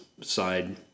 side